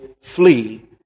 flee